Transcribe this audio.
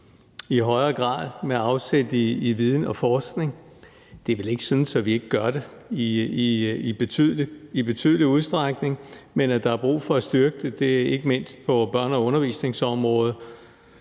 arbejde med afsæt i viden og forskning, og det er vel ikke sådan, at vi ikke gør det i betydelig udstrækning, men der er brug for at styrke det, ikke mindst på børne- og undervisningsområdet,